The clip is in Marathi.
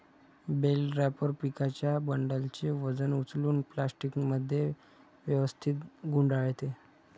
बेल रॅपर पिकांच्या बंडलचे वजन उचलून प्लास्टिकमध्ये व्यवस्थित गुंडाळते